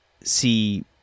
see